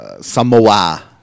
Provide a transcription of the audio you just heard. Samoa